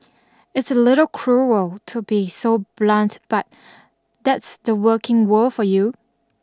it's a little cruel to be so blunt but that's the working world for you